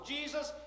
Jesus